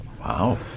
Wow